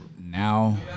now